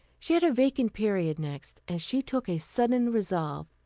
she had a vacant period next, and she took a sudden resolve.